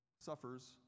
suffers